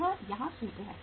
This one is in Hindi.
यह यहाँ सूत्र है